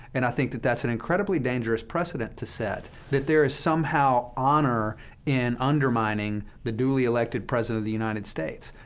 and i think that that's an incredibly dangerous precedent to set, that there is somehow honor in undermining the duly elected president of the united states.